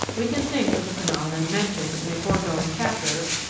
we can think of the phenomenon mentioned in a foregoing chapter,